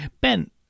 Ben